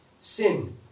sin